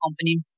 company